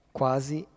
quasi